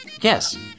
yes